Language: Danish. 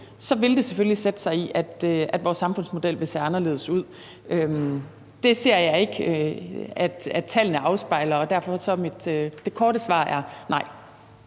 vil det selvfølgelig sætte sig i, at vores samfundsmodel vil se anderledes ud. Det ser jeg ikke at tallene afspejler, og derfor er det korte svar: Nej.